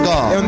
God